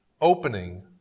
opening